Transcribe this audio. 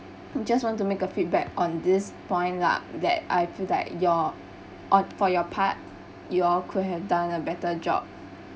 hmm just want to make a feedback on this point lah that I feel that your oh for your part you all could have done a better job